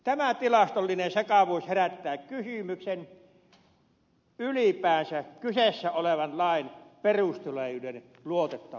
tämä tilastollinen sekavuus herättää kysymyksen ylipäänsä kyseessä olevan lain perusteluiden luotettavuudesta